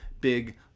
big